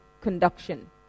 conduction